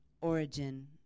origin